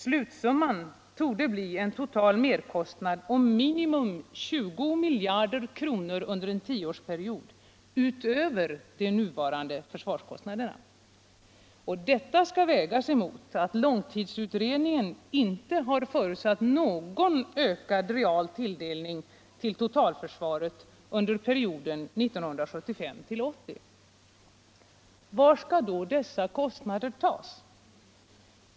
Slutsumman torde bli en total merkostnad om minimum 20 miljarder kronor under en tioårsperiod utöver nuvarande försvarskostnader. Detta skall vägas emot att långtuidsutredningen inte har förutsatt någon ökad real tilldelning till totalförsvaret under perioden 1975-1980. Var skall då péngarna till dessa ökade kostnader tas?